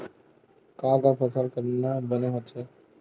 का का फसल करना बने होथे?